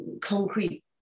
concrete